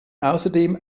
außerdem